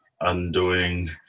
undoing